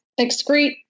excrete